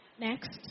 Next